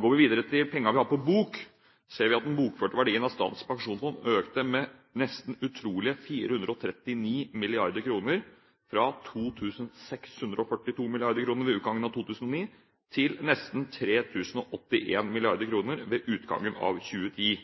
Går vi videre til pengene vi har på bok, ser vi at den bokførte verdien av Statens pensjonsfond utland økte med nesten utrolige 439 mrd. kr, fra 2 642 mrd. kr ved utgangen av 2009 til nesten 3 081 mrd. kr ved utgangen av 2010.